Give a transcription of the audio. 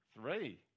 Three